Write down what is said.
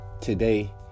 today